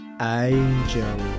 Angel